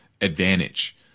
advantage